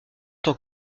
tant